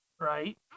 right